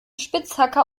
spitzhacke